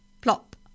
Plop